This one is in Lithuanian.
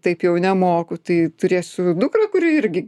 taip jau nemoku tai turėsiu dukrą kuri irgi